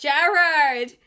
Jared